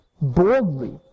boldly